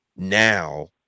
Now